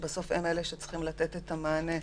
שבסוף הם אלה שצריכים לתת את המענה,